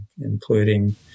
including